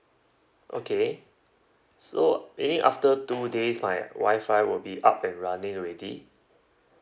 okay so meaning after two days my wi-fi will be up and running already